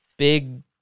Big